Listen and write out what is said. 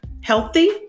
healthy